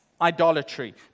idolatry